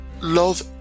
love